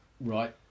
Right